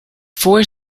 four